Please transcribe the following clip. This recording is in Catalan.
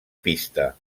pista